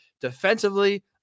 defensively